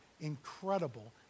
incredible